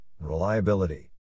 reliability